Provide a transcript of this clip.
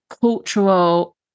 cultural